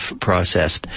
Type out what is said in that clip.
process